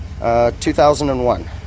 2001